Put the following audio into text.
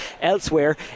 elsewhere